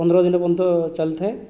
ପନ୍ଦର ଦିନ ପର୍ଯ୍ୟନ୍ତ ଚାଲିଥାଏ